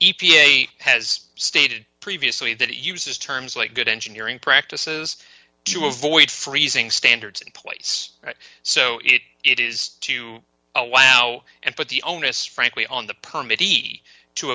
e p a has stated previously that it uses terms like good engineering practices to avoid freezing standards in place so it is to allow and put the onus frankly on t